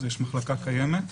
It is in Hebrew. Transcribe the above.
יש מחלקה קיימת,